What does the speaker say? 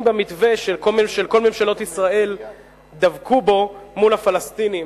במתווה שכל ממשלות ישראל דבקו בו מול הפלסטינים,